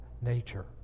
nature